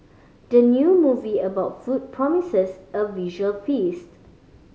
the new movie about food promises a visual feast